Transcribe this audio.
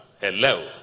Hello